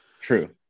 True